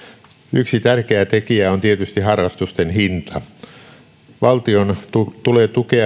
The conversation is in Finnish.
yksi tärkeä tekijä on tietysti harrastusten hinta valtion tulee tukea